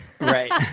right